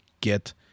get